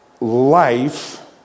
life